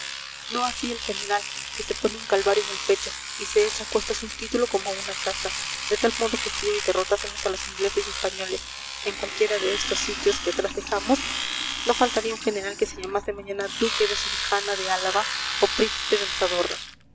no así el general que se pone un calvario en el pecho y se echa a cuestas un título como una casa de tal modo que si hoy derrotásemos a los ingleses y españoles en cualquiera de estos sitios que atrás dejamos no faltaría un general que se llamase mañana duque de subijana de álava o príncipe del